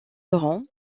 laurent